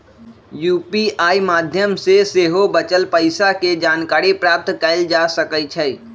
UPI माध्यम से सेहो बचल पइसा के जानकारी प्राप्त कएल जा सकैछइ